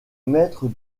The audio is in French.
maître